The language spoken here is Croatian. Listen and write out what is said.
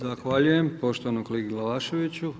Zahvaljujem poštovanom kolegi Glavaševiću.